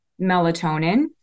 melatonin